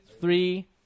Three